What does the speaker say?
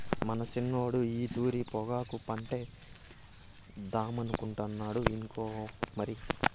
మన సిన్నోడు ఈ తూరి పొగాకు పంటేద్దామనుకుంటాండు ఇనుకో మరి